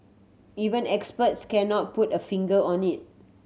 even experts cannot put a finger on it